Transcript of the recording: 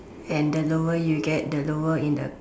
and the lower you get the lower in a